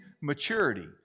maturity